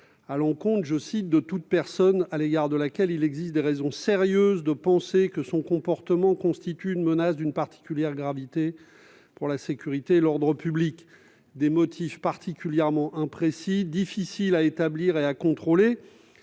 à l'encontre de « toute personne à l'égard de laquelle il existe des raisons sérieuses de penser que son comportement constitue une menace d'une particulière gravité pour la sécurité et l'ordre publics ». Ces motifs sont particulièrement imprécis, difficiles à établir et à contrôler.